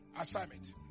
Assignment